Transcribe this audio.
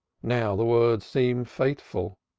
now the words seem fateful,